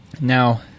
Now